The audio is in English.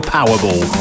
Powerball